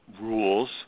rules –